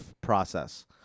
process